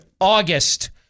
August